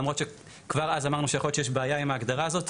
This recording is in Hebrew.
למרות שכבר אז אמרנו שיכול להיות שיש בעיה עם ההגדרה הזאת,